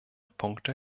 punkte